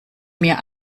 mir